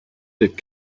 that